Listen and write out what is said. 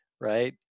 right